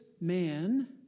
man